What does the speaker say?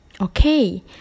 Okay